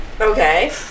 Okay